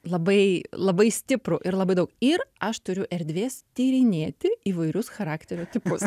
labai labai stiprų ir labai daug ir aš turiu erdvės tyrinėti įvairius charakterio tipus